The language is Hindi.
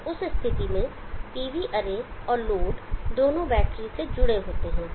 तो उस स्थिति में PV अरे और लोड दोनों बैटरी से जुड़े होते हैं